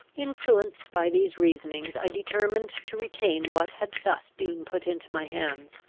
influenced by these reasonings, i determined to retain what had thus been put into my hands.